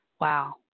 Wow